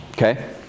Okay